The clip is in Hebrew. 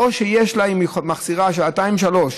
שאם היא מחסירה שעתיים-שלוש,